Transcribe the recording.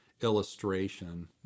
illustration